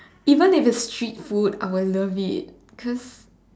even if it's cheap food I would love it cause